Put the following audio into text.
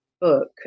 book